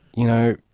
you know,